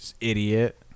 Idiot